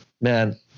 man